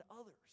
others